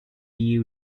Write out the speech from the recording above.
you